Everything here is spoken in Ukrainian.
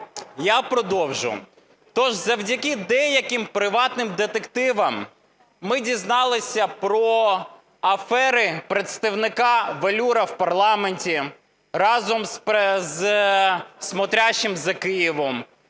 я продовжу. Тож завдяки деяким приватним детективам ми дізналися про афери представника "Велюру" в парламенті разом зі "смотрящим" за Києвом.